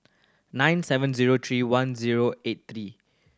nine seven zero three one zero eight three